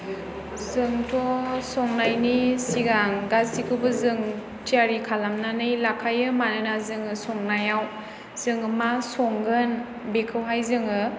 जोंथ' संनायनि सिगां गासैखौबो जों थियारि खालामनानै लाखायो मानोना जोङो संनायाव जोङो मा संगोन बेखौहाय जोङो